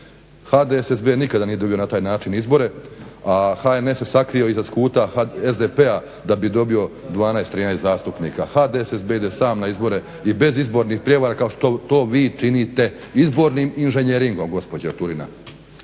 HDSSB nikada nije dobio na taj način izbore, a HNS se sakrio iza skuta SDP-a da bi dobio 12, 13 zastupnika. HDSSB ide sam na izbore i bez izbornih prijevara kao što to vi činite izbornim inženjeringom gospođo Turina.